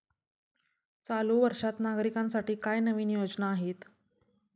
चालू वर्षात नागरिकांसाठी काय नवीन योजना आहेत?